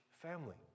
family